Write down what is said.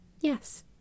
Yes